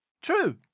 True